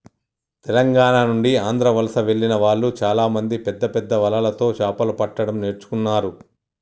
తెలంగాణ నుండి ఆంధ్ర వలస వెళ్లిన వాళ్ళు చాలామంది పెద్దపెద్ద వలలతో చాపలు పట్టడం నేర్చుకున్నారు